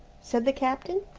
said the captain.